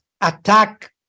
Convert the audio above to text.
attack